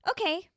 Okay